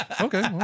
Okay